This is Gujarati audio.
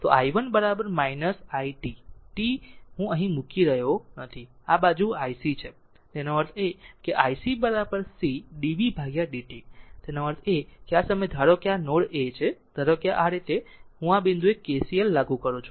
અને આ બાજુ i 1 છે તો i 1 i t t હું અહીં મૂકી રહ્યો નથી અને આ બાજુ i c છે તેનો અર્થ એ કે i c c d v by d t તેનો અર્થ એ કે આ સમયે ધારો કે આ નોડ A છે ધારો કે આ રીતે અને હું આ બિંદુએ KCL લાગુ કરું છું